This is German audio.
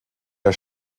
der